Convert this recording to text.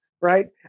right